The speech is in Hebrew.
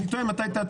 תודה.